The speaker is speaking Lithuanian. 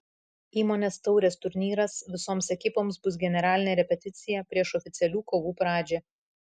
įmonės taurės turnyras visoms ekipoms bus generalinė repeticija prieš oficialių kovų pradžią